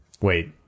Wait